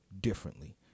differently